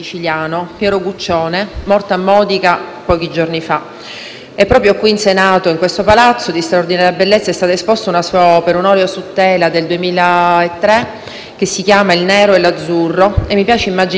E proprio qui in Senato, in questo Palazzo di straordinaria bellezza, è stata esposta una sua opera, un olio su tela del 2003, «Il nero e l'azzurro», e mi piace immaginare che questo sia stato d'auspicio e un messaggio per tutti noi parlamentari: